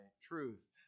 truth